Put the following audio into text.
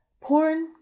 Porn